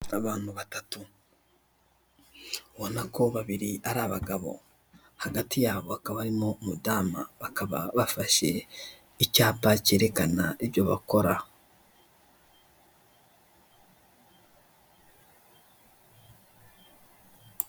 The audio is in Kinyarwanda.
Abantu batatu ubona ko babiri ari abagabo, hagati yabo hakaba harimo umudamu bakaba bafashe icyapa kerekana ibyo bakora.